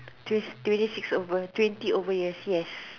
twenty twenty six over twenty over years yes